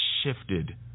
shifted